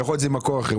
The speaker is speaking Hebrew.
ויכול להיות ממקור אחר.